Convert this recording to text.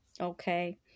Okay